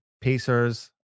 Pacers